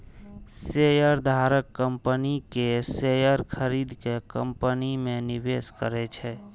शेयरधारक कंपनी के शेयर खरीद के कंपनी मे निवेश करै छै